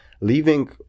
leaving